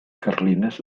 carlines